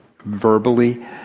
verbally